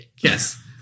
yes